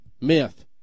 Myth